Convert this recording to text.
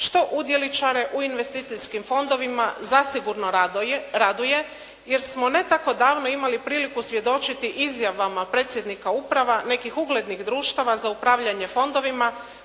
što udjeličare u investicijskim fondovima zasigurno raduje jer smo ne tako davno imali priliku svjedočiti izjavama predsjednika uprava nekih uglednih društava za upravljanje fondovima